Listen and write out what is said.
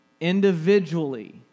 Individually